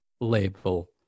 label